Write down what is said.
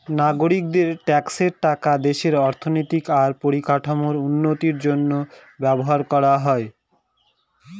নাগরিকদের ট্যাক্সের টাকা দেশের অর্থনৈতিক আর পরিকাঠামোর উন্নতির জন্য ব্যবহার করা হয়